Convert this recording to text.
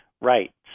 Right